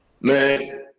Man